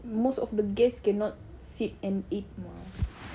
most of the guests cannot sit and eat